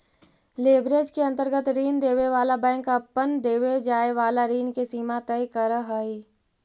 leverage के अंतर्गत ऋण देवे वाला बैंक अपन देवे जाए वाला ऋण के सीमा तय करऽ हई